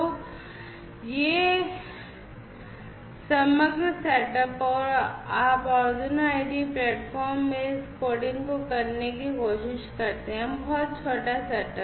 तो ये हैं समग्र सेटअप और आप Arduino IDE प्लेटफ़ॉर्म में इस कोडिंग को करने की कोशिश करते हैं यह बहुत छोटा सेटअप है